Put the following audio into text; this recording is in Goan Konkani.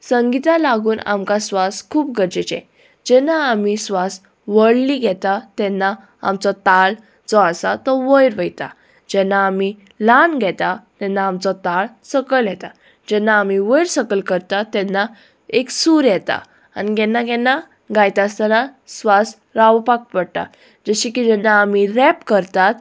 संगिता लागून आमकां स्वास खूब गरजेचो जेन्ना आमी स्वास व्हडलो घेता तेन्ना आमचो ताल जो आसा तो वयर वता जेन्ना आमी ल्हान घेता तेन्ना आमचो ताळ सकयल येता जेन्ना आमी वयर सकयल करता तेन्ना एक सूर येता आनी केन्ना केन्ना गायता आसतना स्वास रावपाक पडटा जशें की जेन्ना आमी रॅप करतात